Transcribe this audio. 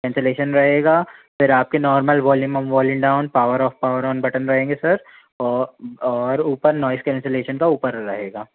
cancellation रहेगा फिर आपके normal volume up volume down power off power on button रहेंगे सर और ऊपर नॉएज़ कैन्सलेशन का ऊपर रहेगा